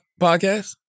podcast